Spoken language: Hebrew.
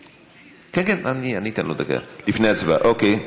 כן, אני אתן לו דקה לפני ההצבעה, אוקיי.